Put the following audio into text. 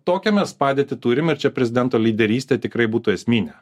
tokią mes padėtį turim ir čia prezidento lyderystė tikrai būtų esminė